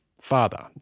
father